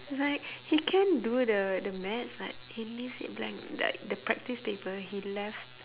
like he can do the the maths but he leaves it blank like the practice paper he left